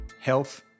health